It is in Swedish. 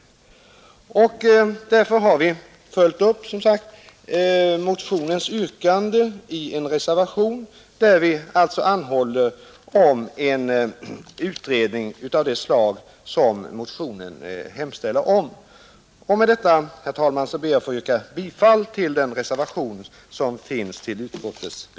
Med dessa ord, herr talman, ber jag att få yrka bifall till den reservation som är fogad till utskottets betänkande och vari vi anhåller om en utredning av det slag som motionen hemställer om.